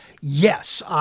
yes